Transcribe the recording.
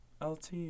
LT